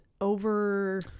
over